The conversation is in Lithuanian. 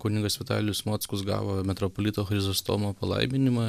kunigas vitalijus mockus gavo metropolito chrizostomo palaiminimą